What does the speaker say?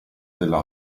della